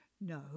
No